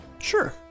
Sure